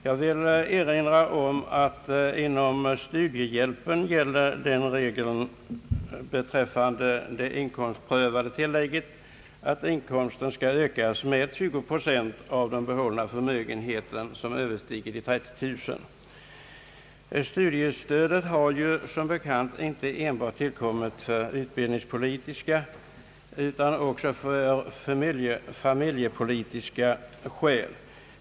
Jag vill erinra om att regeln beträffande det inkomstprövade tillägget när det gäller studiehjälp är att inkomsten skall ökas med 20 procent av den behållna förmögenhet som <ööverstiger 30 000 kronor. Studiestödet har som bekant inte tillkommit enbart av utbildningspolitiska skäl utan också av familjepolitiska skäl.